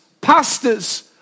pastors